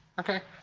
ok.